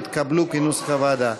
נתקבלו כנוסח הוועדה.